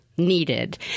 Needed